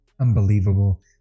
unbelievable